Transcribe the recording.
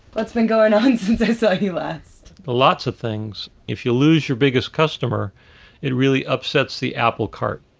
what's been going on since i saw you last? lots of things, if you lose your biggest customer it really upsets the apple cart.